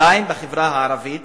בחברה הערבית